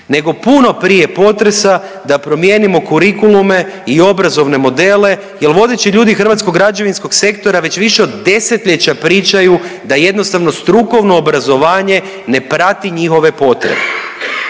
nego puno prije potresa da promijenimo kurikulume i obrazovne modele jer vodeći ljudi hrvatskog građevinskog sektora već više od desetljeća pričaju da jednostavno strukovno obrazovanje ne prati njihove potrebe.